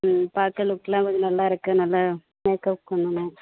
ம் பார்க்க லுக் எல்லாம் கொஞ்சம் நல்லாருக்க நல்லா மேக்கப் பண்ணனும்